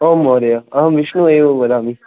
ओम् महोदय अहं विष्णुः एव वदामि